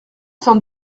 sans